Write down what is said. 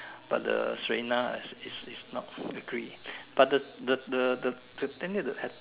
but the Serena is is not agree but the the the thing that